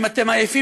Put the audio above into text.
אם אתם עייפים,